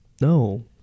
No